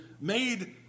made